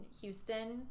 houston